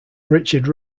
richard